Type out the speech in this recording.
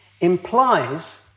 implies